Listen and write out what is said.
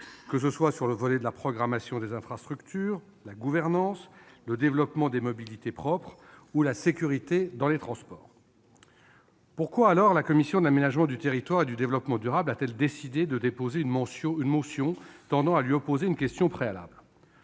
que ce soit sur le volet de la programmation des infrastructures, sur celui de la gouvernance ou sur ceux du développement des mobilités propres et de la sécurité dans les transports. Dès lors, pourquoi la commission de l'aménagement du territoire et du développement durable a-t-elle décidé de déposer une motion tendant à lui opposer la question préalable ?